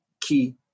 key